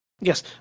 Yes